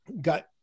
got